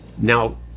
now